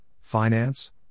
Finance